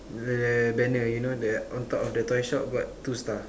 the banner you know the on top of the toy shop got two star